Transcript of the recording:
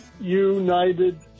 United